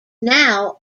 now